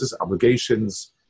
obligations